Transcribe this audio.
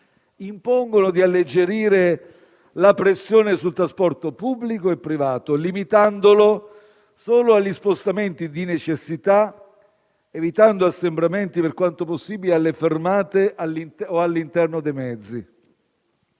impone di alleggerire la pressione sul trasporto pubblico e privato, limitandolo solo agli spostamenti di necessità, evitando per quanto possibile assembramenti alle fermate o all'interno dei mezzi.